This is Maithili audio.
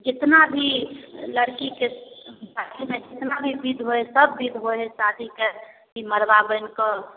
जतना भी लड़कीके सासुरमे जतना भी बिध होइ हइ सब बिध होइ हइ शादीके मड़वा बनिकऽ